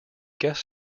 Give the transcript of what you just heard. guest